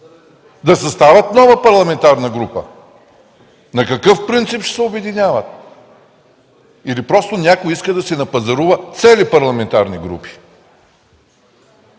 нe съставят нова парламентарна група? На какъв принцип ще се обединяват? Или просто някой иска да си напазарува цели парламентарни групи.